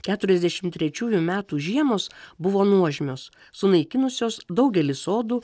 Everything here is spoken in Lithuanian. keturiasdešim trečiųjų metų žiemos buvo nuožmios sunaikinusios daugelį sodų